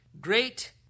great